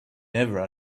never